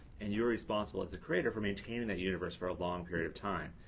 and you're responsible as the creator for maintaining that universe for a long period of time.